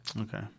Okay